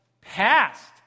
passed